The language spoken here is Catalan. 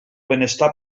benestar